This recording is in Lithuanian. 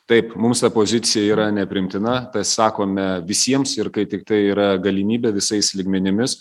taip mums ta pozicija yra nepriimtina tą sakome visiems ir kai tiktai yra galimybė visais lygmenimis